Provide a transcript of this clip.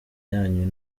yanyu